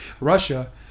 Russia